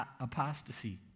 apostasy